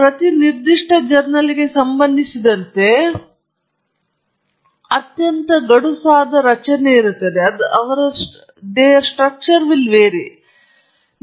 ಆದ್ದರಿಂದ ಪ್ರತಿ ನಿರ್ದಿಷ್ಟ ಜರ್ನಲ್ಗೆ ಸಂಬಂಧಿಸಿದಂತೆ ನೀವು ಅನುಸರಿಸಬೇಕಾದ ಅತ್ಯಂತ ಗಡುಸಾದ ರಚನೆಯು ಸಾಮಾನ್ಯವಾಗಿ ಇರುತ್ತದೆ